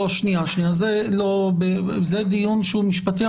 זה דיון שהוא משפטי.